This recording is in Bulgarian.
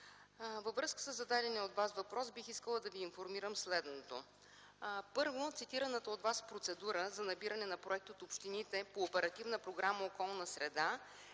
Във връзка със зададения от Вас въпрос бих искала да Ви информирам следното. Първо, цитираната от Вас процедура за набиране на проекти от общините по Оперативна програма „Околна среда”